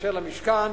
שיתקשר למשכן: